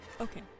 Okay